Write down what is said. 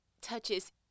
touches